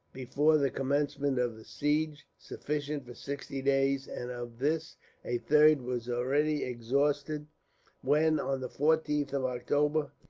before the commencement of the siege, sufficient for sixty days and of this a third was already exhausted when, on the fourteenth of october,